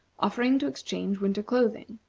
offering to exchange winter clothing.